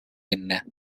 என்ன